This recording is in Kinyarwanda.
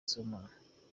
sibomana